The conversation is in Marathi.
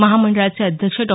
महामंडळाचे अध्यक्ष डॉ